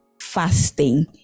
fasting